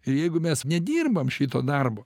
ir jeigu mes nedirbam šito darbo